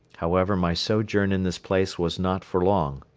however, my sojourn in this place was not for long.